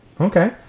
Okay